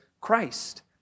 Christ